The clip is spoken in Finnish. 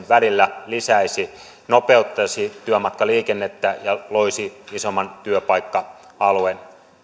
välillä lisäisi nopeuttaisi työmatkaliikennettä ja loisi isomman työpaikka alueen